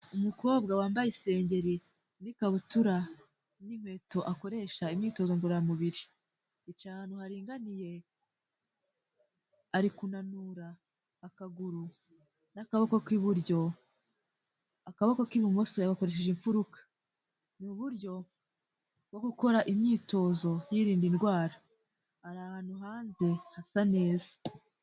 Umukobwa wambaye isengeri n'ikabutura n'inkweto akoresha imyitozo ngororamubiri, yicaye ahantu haringaniye ari kunanura akaguru n'akaboko k'iburyo, akaboko k'ibumoso yagakoresheje imfuruka. Ni mu buryo bwo gukora imyitozo yirinda indwara, ari ahantu hanze hasa neza.